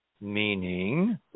Meaning